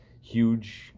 huge